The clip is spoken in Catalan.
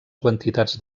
quantitats